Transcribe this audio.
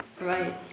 Right